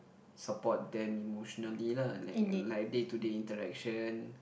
support them emotionally lah like like day to day interaction